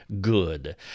good